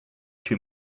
too